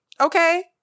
okay